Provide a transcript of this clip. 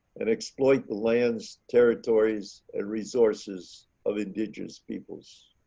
and exploit the lands, territories, and resources of indigenous peoples.